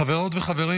חברות וחברים,